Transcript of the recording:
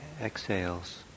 exhales